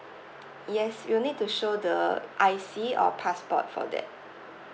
yes you need to show the I_C or passport for that